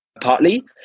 partly